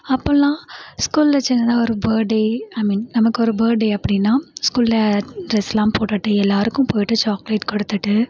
அப்போல்லாம் ஸ்கூல்ல சின்னதாக ஒரு பேடே ஐ மீன் நமக்கு ஒரு பேடே அப்படின்னா ஸ்கூல்ல டிரஸ்லாம் போட்டுட்டு எல்லாருக்கும் போய்ட்டு சாக்லேட் கொடுத்துட்டு